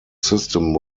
system